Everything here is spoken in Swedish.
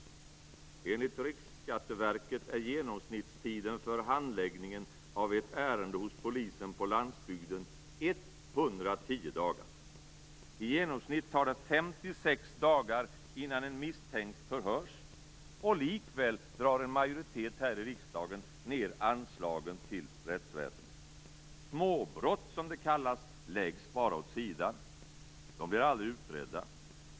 Enligt Riksrevisionsverket är genomsnittstiden för handläggningen av ett ärende hos polisen på landsbygden 110 dagar. I genomsnitt tar det 56 dagar innan en misstänkt förhörs. Och likväl drar en majoritet här i riksdagen ned anslagen till rättsväsendet. Småbrott, som det kallas, läggs bara åt sidan. De blir aldrig utredda.